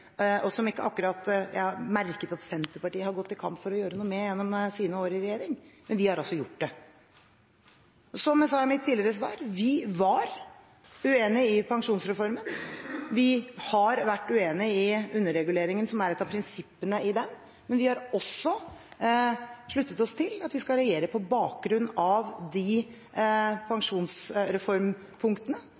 og som jeg ikke akkurat merket at Senterpartiet gikk til kamp for å gjøre noe med gjennom sine år i regjering. Vi har altså gjort det. Som jeg sa i mitt tidligere svar: Vi var uenig i pensjonsreformen. Vi har vært uenig i underreguleringen, som er et av prinsippene i den. Men vi har også sluttet oss til at vi skal regjere på bakgrunn av de pensjonsreformpunktene